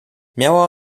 miała